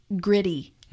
gritty